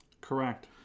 Correct